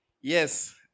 Yes